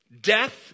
death